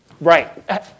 Right